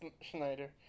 Schneider